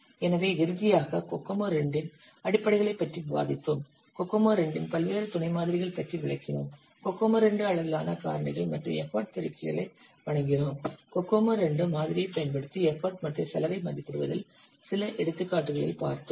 எனவே இறுதியாக COCOMO II இன் அடிப்படைகளைப் பற்றி விவாதித்தோம் கோகோமோ II இன் பல்வேறு துணை மாதிரிகள் பற்றி விளக்கினோம் கோகோமோ II அளவிலான காரணிகள் மற்றும் எஃபர்ட் பெருக்கிகளை வழங்கினோம் கோகோமோ II மாதிரியைப் பயன்படுத்தி எஃபர்ட் மற்றும் செலவை மதிப்பிடுவதில் சில எடுத்துக்காட்டுகளைத் பார்த்தோம்